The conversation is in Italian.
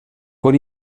con